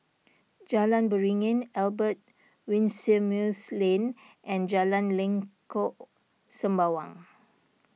Jalan Beringin Albert Winsemius Lane and Jalan Lengkok Sembawang